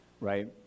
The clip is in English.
right